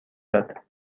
داد